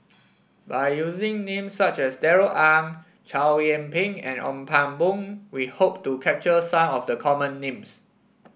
by using names such as Darrell Ang Chow Yian Ping and Ong Pang Boon we hope to capture some of the common names